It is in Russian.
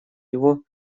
его